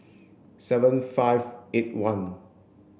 seven five eight one